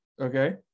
okay